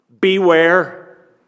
beware